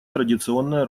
традиционная